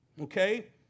okay